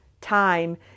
time